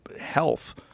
health